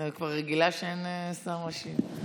אני כבר רגילה שאין שר משיב.